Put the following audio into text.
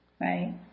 right